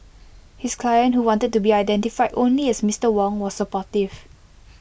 his client who wanted to be identified only as Mister Wong was supportive